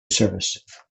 service